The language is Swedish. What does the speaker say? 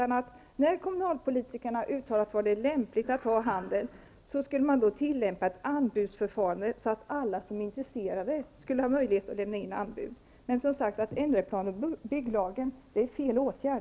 När kommunalpolitikerna har uttalat var det är lämpligt att driva handel skall ett anbudsförfarande ske, så att alla intresserade har möjlighet att lämna in anbud. Men att ändra plan och bygglagen är fel åtgärd.